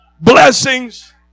blessings